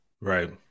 right